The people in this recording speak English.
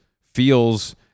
feels